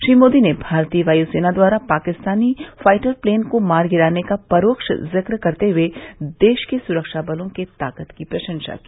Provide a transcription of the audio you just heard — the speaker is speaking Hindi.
श्री मोदी ने भारतीय वायू सेना द्वारा पाकिस्तानी फाइटर प्लेन को मार गिराने का परोक्ष जिक्र करते हुए देश के सुरक्षा बलो के ताकत की प्रशंसा की